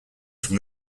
from